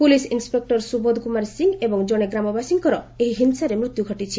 police ଇନ୍ନପେକ୍ର ସୁବୋଧ କୁମାର ସିଂ ଏବଂ ଜଣେ ଗ୍ରାମବାସୀଙ୍କର ଏହି ହିଂସାରେ ମୃତ୍ୟୁ ଘଟିଛି